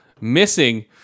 missing